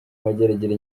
mageragere